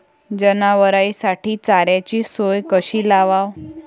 जनावराइसाठी चाऱ्याची सोय कशी लावाव?